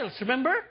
remember